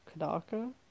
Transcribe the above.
Kadaka